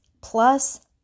plus